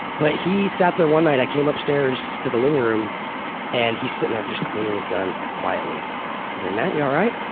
but he sat there one night, i came upstairs to the living room and he's sitting there just cleaning his gun quietly. i say matt, you alright?